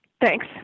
Thanks